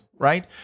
Right